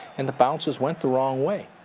and the bounces went the wrong way.